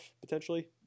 potentially